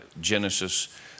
Genesis